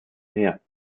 meer